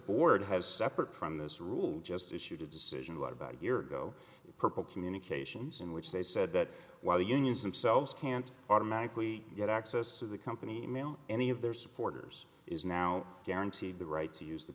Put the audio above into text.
board has separate from this rule just issued a decision what about your go purple communications in which they said that while unions and selves can't automatically get access to the company mail any of their supporters is now guaranteed the right to use the